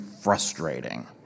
frustrating